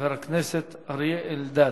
חבר הכנסת אריה אלדד.